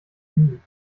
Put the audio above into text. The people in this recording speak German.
nie